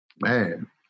man